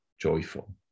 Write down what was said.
joyful